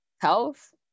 health